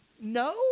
No